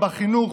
בחינוך